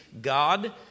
God